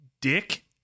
Dick